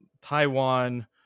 Taiwan